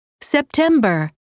september